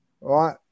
right